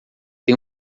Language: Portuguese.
tem